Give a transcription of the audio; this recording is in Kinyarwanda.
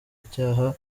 icyaha